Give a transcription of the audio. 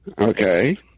okay